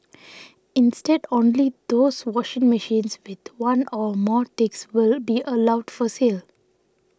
instead only those washing machines with one or more ticks will be allowed for sale